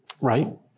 right